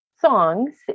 songs